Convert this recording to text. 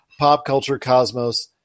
popculturecosmos